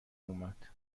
اومد